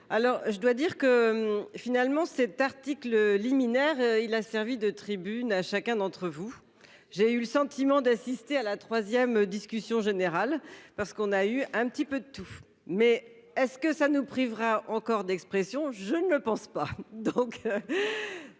Alors je dois dire que finalement cet article liminaire, il a servi de tribune à chacun d'entre vous. J'ai eu le sentiment d'assister à la 3ème discussion générale parce qu'on a eu un petit peu de tout mais est-ce que ça nous privera encore d'expression, je ne le pense pas